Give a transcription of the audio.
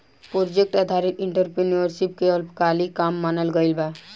project आधारित entrepreneurship के अल्पकालिक काम मानल गइल बा